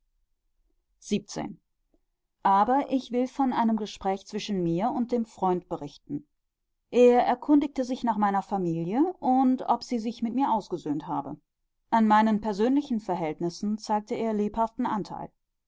aber ich will von einem gespräch zwischen mir und dem freund berichten er erkundigte sich nach meiner familie und ob sie sich mit mir ausgesöhnt habe an meinen persönlichen verhältnissen zeigte er lebhaften anteil